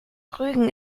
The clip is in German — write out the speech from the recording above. rügen